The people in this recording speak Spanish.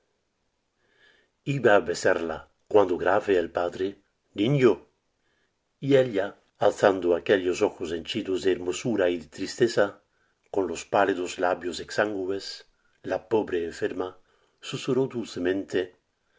besarla cuando grave el padre niño y ella alzando aquellos ojos henchidos de hermosura y de tristeza con los pálidos labios exangües la pobre enferma susurró dulcemente